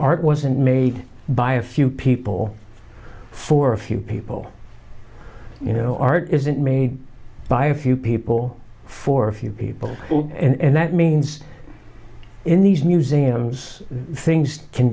art wasn't made by a few people for a few people you know art isn't made by a few people for a few people and that means in these museums things can